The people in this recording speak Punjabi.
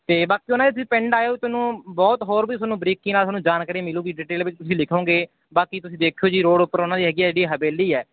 ਅਤੇ ਬਾਕੀ ਉਹਨਾਂ ਦੇ ਤੁਸੀਂ ਪਿੰਡ ਆਇਓ ਤੁਹਾਨੂੰ ਬਹੁਤ ਹੋਰ ਵੀ ਤੁਹਾਨੂੰ ਬਰੀਕੀ ਨਾਲ ਤੁਹਾਨੂੰ ਜਾਣਕਾਰੀ ਮਿਲੇਗੀ ਡਿਟੇਲ ਵਿੱਚ ਤੁਸੀਂ ਲਿਖੋਗੇ ਬਾਕੀ ਤੁਸੀਂ ਦੇਖਿਓ ਜੀ ਰੋਡ ਉੱਪਰ ਉਹਨਾਂ ਦੀ ਹੈਗੀ ਜਿਹੜੀ ਹਵੇਲੀ ਹੈ